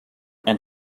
and